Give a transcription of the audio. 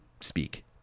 speak